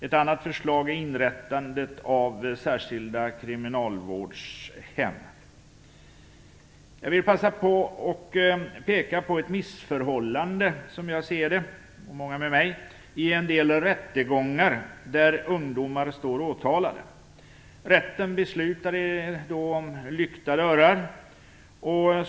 Ett annat förslag är inrättandet av särskilda kriminalvårdshem. Jag vill passa på att peka på ett missförhållande, som jag ser det och många med mig, i en del rättegångar där ungdomar står åtalade. Rätten beslutar då om lykta dörrar.